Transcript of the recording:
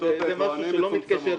זה משהו שלא מתקשר